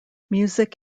music